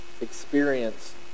experience